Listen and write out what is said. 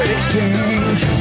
Exchange